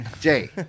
Jay